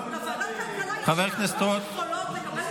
חבר הכנסת רוט,